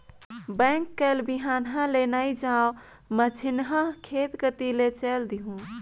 bank कायल बिहन्हा ले तो नइ जाओं, मझिन्हा खेत कति ले चयल देहूँ